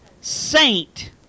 Saint